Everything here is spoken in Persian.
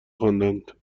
خواندند